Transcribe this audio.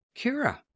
Kira